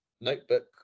notebook